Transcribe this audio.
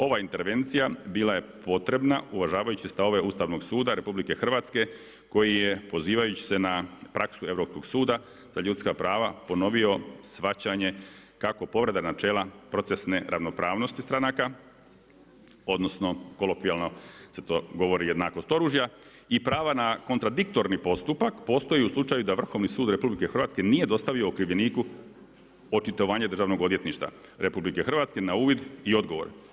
Ova intervencija, bila je potrebna uvažavajući stavove Ustavnog suda RH, koji je pozivajući se na praksu Europskog suda za ljudska prava ponovio shvaćanje kako povreda načela procesne ravnopravnosti stranaka, odnosno kolokvijalno se to govori jednakost oružja i prava na kontradiktorni postupak, postoji u slučaju da Vrhovni sud RH, nije dostavio okrivljeniku očitovanje Državnog odvjetništva RH na uvid i odgovor.